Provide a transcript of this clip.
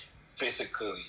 physically